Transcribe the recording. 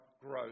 growth